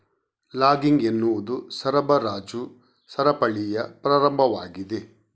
logging ಎನ್ನುವುದು ಸರಬರಾಜು ಸರಪಳಿಯ ಪ್ರಾರಂಭವಾಗಿದೆ